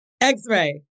X-Ray